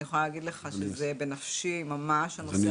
אני יכולה להגיד לך שזה בנפשי ממש הנושא